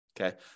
Okay